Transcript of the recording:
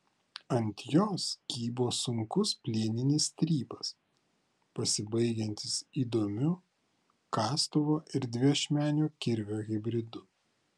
ant jos kybo sunkus plieninis strypas pasibaigiantis įdomiu kastuvo ir dviašmenio kirvio hibridu